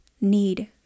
need